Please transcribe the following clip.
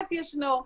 הלהט ישנו,